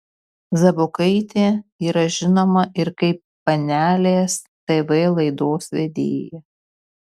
zabukaitė yra žinoma ir kaip panelės tv laidos vedėja